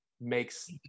makes